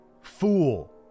fool